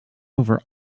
over